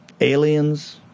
aliens